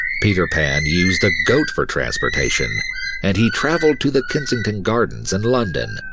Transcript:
peter pan used a goat for transportation and he traveled to the kensington gardens in london,